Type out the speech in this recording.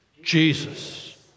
Jesus